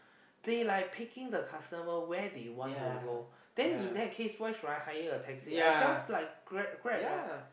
they like picking the customer where they want to go then in that case why should I hire a taxi I just like grab grab right